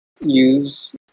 use